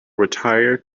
retire